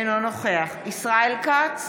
אינו נוכח ישראל כץ,